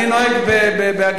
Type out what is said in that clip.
אני נוהג בהגינות.